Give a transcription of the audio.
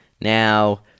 Now